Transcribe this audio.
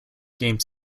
game